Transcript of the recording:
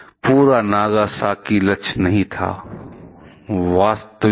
इसके विपरीत लड़के के लिए वाई गुणसूत्र पिता से मिलते है और X गुणसूत्र माता से मिलते है